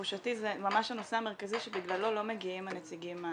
לתחושתי זה ממש הנושא המרכזי שבגללו לא מגיעים הנציגים,